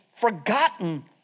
forgotten